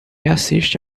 assiste